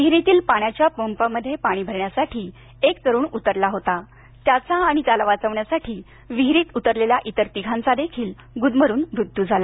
विहिरीतील पाण्याच्या पंपामध्ये पाणी भरण्यासाठी एक तरुण उतरला होता त्याचा आणि त्याला वाचवण्यासाठी विहिरीत उतरलेल्या इतर तिघांचा देखील गुदमरून मृत्यू झाला